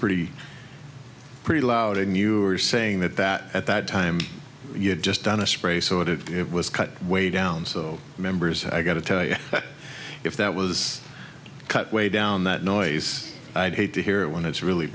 pretty pretty loud and you were saying that that at that time you had just done a spray so that it was cut way down so members i got to tell you if that was cut way down that noise i'd hate to hear it when it's really